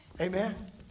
Amen